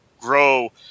grow